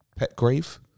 Petgrave